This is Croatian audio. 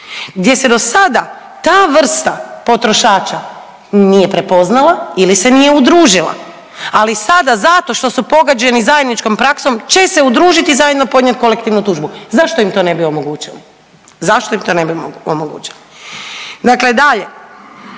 gdje se do sada ta vrsta potrošača nije prepoznala ili se nije udružila. Ali sada zato što su pogođeni zajedničkom praksom će se udružiti i zajedno podnijeti kolektivnu tužbu. Zašto im to ne bi omogućili? Zašto im to ne bi omogućili? Dakle dalje.